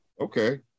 Okay